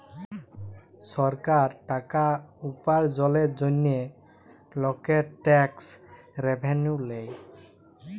সরকার টাকা উপার্জলের জন্হে লকের ট্যাক্স রেভেন্যু লেয়